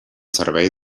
servei